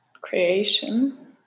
creation